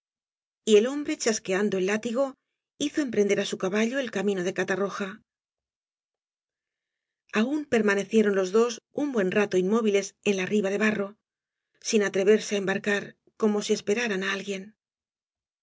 y el hombre chasqueando el látigo hizo emprender á su caballo el camino do catarroja aún permanecieron los dos un buen rato inmóviles en la riba do barro sin atreverse á embarcar como si esperaran á alguien